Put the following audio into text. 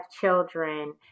children